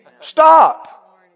Stop